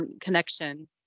connection